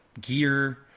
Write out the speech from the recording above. gear